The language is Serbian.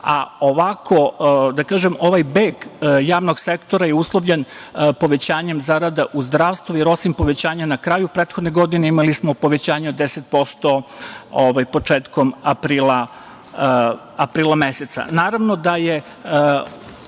javni sektor. Ovaj beg javnog sektora je uslovljen povećanjem zarada u zdravstvu, jer osim povećanja na kraju prethodne godine, imali smo povećanja 10% početkom aprila meseca. Naravno